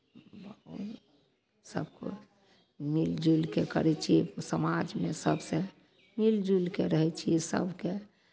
सभ कोइ मिलि जुलि कऽ करै छी समाजमे सभसँ मिलि जुलि कऽ रहै छी सभके